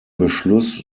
beschluss